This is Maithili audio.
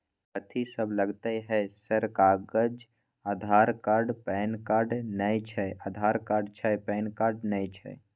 कथि सब लगतै है सर कागज आधार कार्ड पैन कार्ड नए छै आधार कार्ड छै पैन कार्ड ना छै?